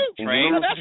Train